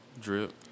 Drip